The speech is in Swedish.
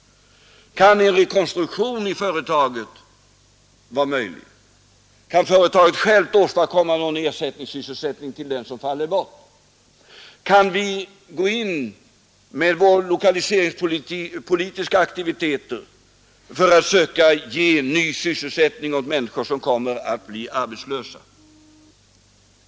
Kan en rekonstruktion av företaget vara möjlig? Kan företaget självt åstadkomma någon ersättningssysselsättning för den som faller bort? Kan vi gå in med våra lokaliseringspolitiska aktiviteter för att söka ge ny sysselsättning åt människor som kommer att bli arbetslösa?